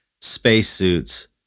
spacesuits